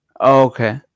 Okay